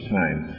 time